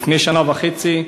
לפני שנה וחצי,